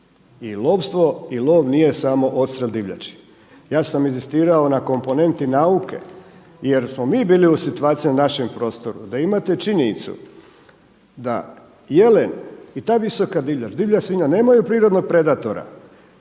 I lovstvo i lov nije samo odstrjel divljači. Ja sam inzistirao na komponenti nauke jer smo mi bili u situaciji u našem prostoru, da imate činjenicu da jelen i ta visoka divljač, divlja svinja nemaju prirodnog predatora.